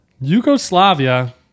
Yugoslavia